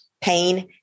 pain